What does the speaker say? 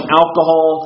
alcohol